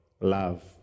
love